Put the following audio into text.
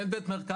אין בית מרקחת.